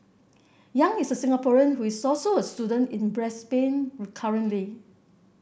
Yang is a Singaporean who is also a student in Brisbane currently